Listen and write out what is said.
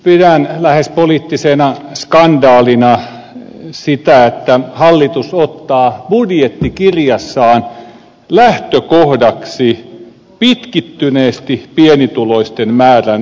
pidän lähes poliittisena skandaalina sitä että hallitus ottaa budjettikirjassaan lähtökohdaksi pitkittyneesti pienituloisten määrän lisääntymisen